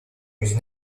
musée